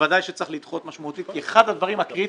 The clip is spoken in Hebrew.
ובוודאי שצריך לדחות משמעותית כי אחד הדברים הקריטיים,